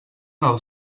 del